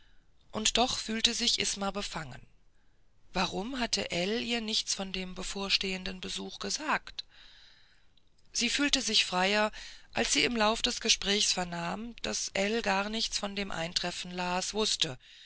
und doch fühlte sich isma befangen warum hatte ihr ell nichts von dem bevorstehenden besuch gesagt sie fühlte sich freier als sie im lauf des gespräches vernahm daß ell gar nichts von dem eintreffen las wußte